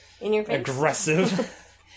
aggressive